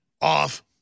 off